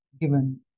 given